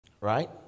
Right